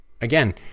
Again